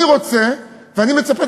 אני רוצה ואני מצפה,